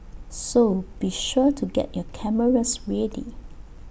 so be sure to get your cameras ready